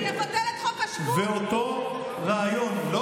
ואותו רעיון, זה יבטל את חוק השבות.